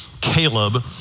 Caleb